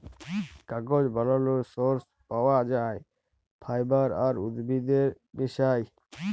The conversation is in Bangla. কাগজ বালালর সর্স পাউয়া যায় ফাইবার আর উদ্ভিদের মিশায়